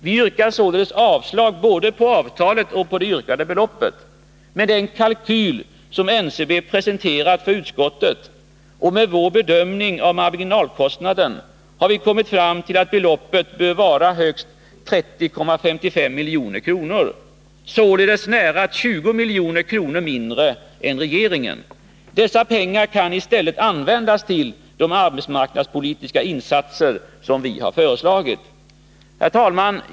Vi yrkar således avslag både på avtalet och på det yrkade beloppet. Med den kalkyl som NCB presenterat för utskottet och med vår bedömning av marginalkostnaden har vi kommit fram till att beloppet bör vara högst 30,55 milj.kr., således nära 20 milj.kr. mindre än vad regeringen föreslagit. Dessa pengar kan i stället användas till de arbetsmarknadspolitiska insatser vi föreslagit. Herr talman!